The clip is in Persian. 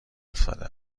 افتاده